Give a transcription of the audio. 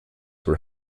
were